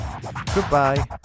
Goodbye